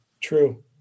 true